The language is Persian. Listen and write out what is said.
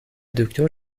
دکتر